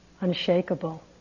unshakable